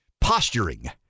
posturing